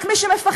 רק מי שפוחד.